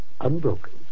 unbroken